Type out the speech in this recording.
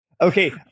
okay